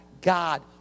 god